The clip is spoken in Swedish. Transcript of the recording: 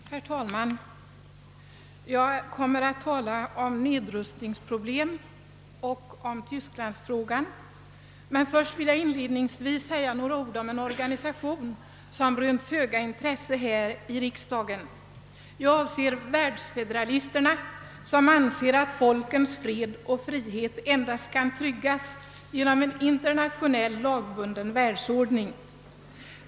Herr talman! Jag kommer att tala om nedrustningsproblem och om tysklandsfrågan. Men först vill jag säga några ord om en organisation som rönt föga intresse här i riksdagen. Jag. syftar på världsfederalisterna, som anser att folkens fred och frihet endast kan tryggas genom en internationell lagbunden världsordning.